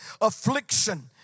affliction